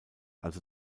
also